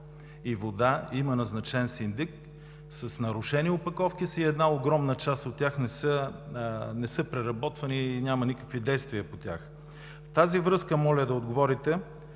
и вода и има назначен синдик, с нарушени опаковки и една огромна част от тях не са преработвани и няма никакви действия по тях. В тази връзка моля да отговорихте: